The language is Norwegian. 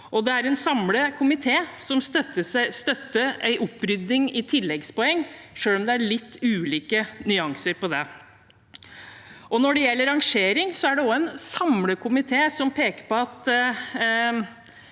det er en samlet komité som støtter en opprydding i tilleggspoeng, selv om det er litt ulike nyanser i det. Når det gjelder rangering, er det òg en samlet komité som peker på at